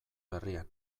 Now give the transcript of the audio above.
berrian